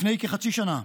לפני כחצי שנה,